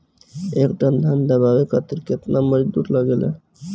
एक टन धान दवावे खातीर केतना मजदुर लागेला?